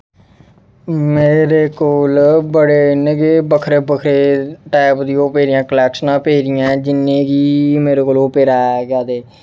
मेरे कोल बडे़ इ'यां कि बक्खरे बक्खरे टाइप दी ओह् पेदियां कलेक्शनां पेदियां जि'यां कि मेरे कोल ओह् पेदा ऐ केह् आखदे